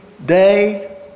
day